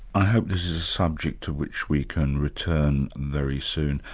i hope subject to which we can return very soon.